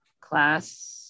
Class